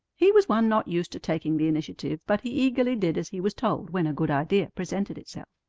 he was one not used to taking the initiative, but he eagerly did as he was told when a good idea presented itself.